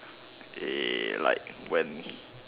eh like when